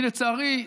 אני, לצערי,